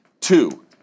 Two